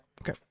Okay